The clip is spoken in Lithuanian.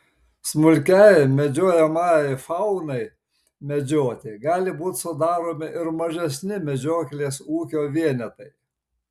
smulkiajai medžiojamajai faunai medžioti gali būti sudaromi ir mažesni medžioklės ūkio vienetai